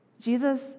Jesus